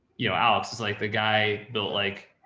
you know, alex is like, the guy built, like,